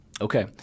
Okay